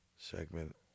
segment